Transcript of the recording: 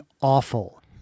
awful